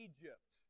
Egypt